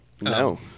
No